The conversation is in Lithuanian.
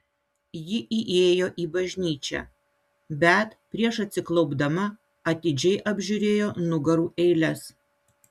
ji įėjo į bažnyčią bet prieš atsiklaupdama atidžiai apžiūrėjo nugarų eiles